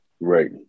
Right